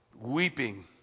Weeping